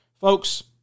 folks